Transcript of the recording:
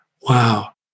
Wow